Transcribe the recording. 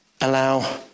allow